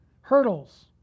hurdles